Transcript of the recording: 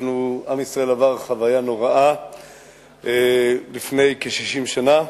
עם ישראל עבר חוויה נוראה לפני כ-60 שנה,